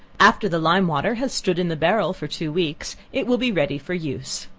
after the lime water has stood in the barrel for two weeks, it will be ready for use.